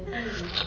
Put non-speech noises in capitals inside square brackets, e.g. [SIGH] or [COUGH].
[NOISE]